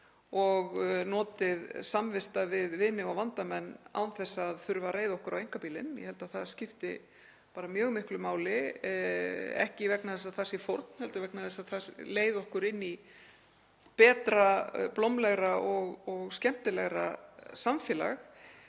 og notið samvista við vini og vandamenn án þess að þurfa að reiða okkur á einkabílinn. Ég held að það skipti mjög miklu máli, ekki vegna þess að það sé fórn heldur vegna þess að það leiði okkur inn í betra, blómlegra og skemmtilegra samfélag.